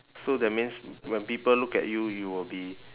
so that means when people look at you you will be